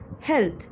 health